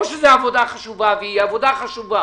או שזו עבודה חשובה והיא אכן עבודה חשובה